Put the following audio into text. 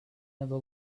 never